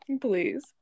Please